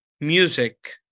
music